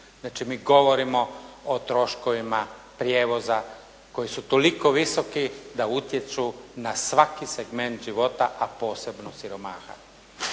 Znači mi govorimo o troškovima prijevoza koji su toliko visoki da utječu na svaki segment života, a posebno siromaha.